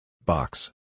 Box